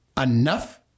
enough